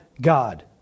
God